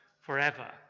Forever